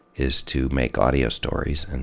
is to make audio stories.